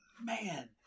man